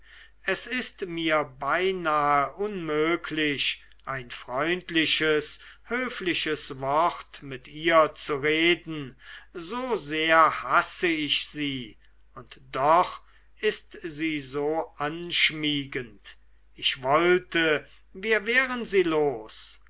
es ist mir beinahe unmöglich ein freundliches höfliches wort mit ihr zu reden so sehr hasse ich sie und doch ist sie so anschmiegend ich wollte wir wären sie los